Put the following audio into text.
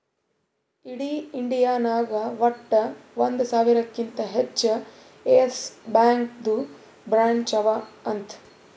ಇಡೀ ಇಂಡಿಯಾ ನಾಗ್ ವಟ್ಟ ಒಂದ್ ಸಾವಿರಕಿಂತಾ ಹೆಚ್ಚ ಯೆಸ್ ಬ್ಯಾಂಕ್ದು ಬ್ರ್ಯಾಂಚ್ ಅವಾ ಅಂತ್